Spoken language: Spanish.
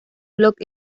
blog